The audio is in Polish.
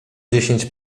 dziesięć